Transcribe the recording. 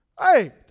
Hey